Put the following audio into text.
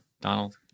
Donald